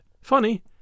Funny